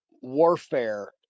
warfare